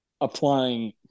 applying